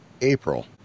April